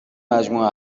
مجموعه